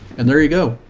and there you go.